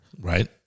right